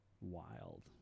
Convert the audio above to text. wild